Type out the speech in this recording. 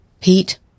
Pete